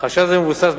חשש זה מבוסס,